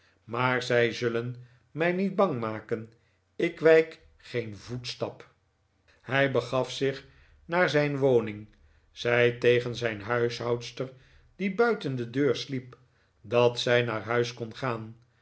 maar zij zullen mij niet bang maken ik wijk geen voetstap hij begaf zich naar zijn woning zei tegen zijn huishoudster die buiten de deur sliep dat zij naar huis kon gaan